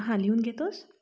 हा लिहून घेतोस